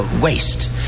Waste